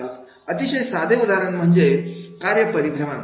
अतिशय साधे उदाहरण म्हणजे कार्य परिभ्रमण